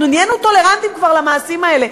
אנחנו נהיינו כבר טולרנטיים למעשים האלה.